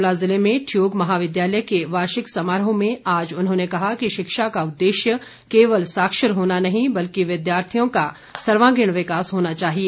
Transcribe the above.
शिमला जिले में ठियोग महाविद्यालय के वार्षिक समारोह में आज उन्होंने कहा कि शिक्षा का उद्देश्य केवल साक्षर होना नहीं बल्कि विद्यार्थियों का सर्वांगीण विकास होना चाहिए